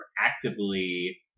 actively